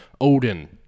Odin